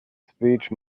speech